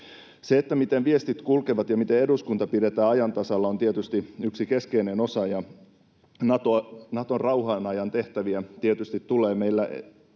Se, miten viestit kulkevat ja miten eduskunta pidetään ajan tasalla, on tietysti yksi keskeinen osa. Kun Naton rauhanajan tehtäviä tietysti tulee meillä entistä